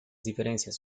diferencias